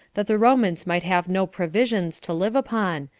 that the romans might have no provisions to live upon,